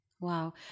Wow